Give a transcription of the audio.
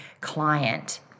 client